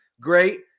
great